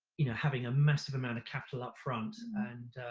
you know, having a massive amount of capital up front and,